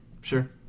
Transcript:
Sure